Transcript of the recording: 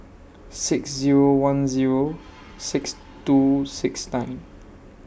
six Zero one Zero six two six nine